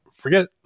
forget